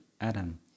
Adam